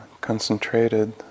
concentrated